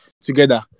together